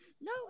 no